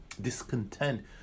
discontent